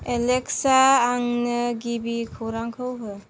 Alexa आंनो गिबि खौरांखौ हो